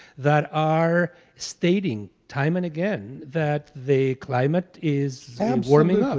that are stating time and again that the climate is warming up.